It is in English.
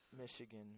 michigan